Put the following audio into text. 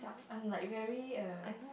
yucks I'm like very err